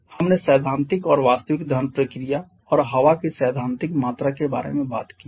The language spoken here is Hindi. हमने सैद्धांतिक और वास्तविक दहन प्रक्रिया और हवा की सैद्धांतिक मात्रा के बारे में बात की है